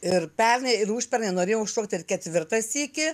ir pernai ir užpernai norėjau šokti ir ketvirtą sykį